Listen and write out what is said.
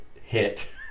hit